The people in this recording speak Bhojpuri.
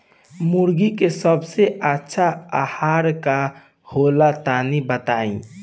मुर्गी के सबसे अच्छा आहार का होला तनी बताई?